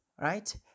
right